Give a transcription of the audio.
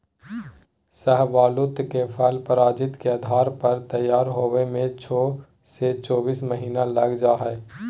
शाहबलूत के फल प्रजाति के आधार पर तैयार होवे में छो से चोबीस महीना लग जा हई